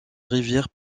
rivière